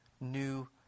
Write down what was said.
new